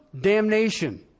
damnation